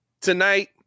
tonight